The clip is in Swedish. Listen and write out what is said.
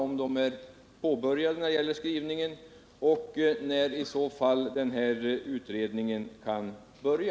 Har utformningen av dem påbörjats och när kan i så fall utredningen börja?